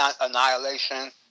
Annihilation